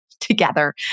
together